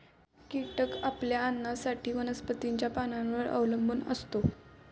कीटक आपल्या अन्नासाठी वनस्पतींच्या पानांवर अवलंबून असतो